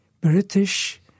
British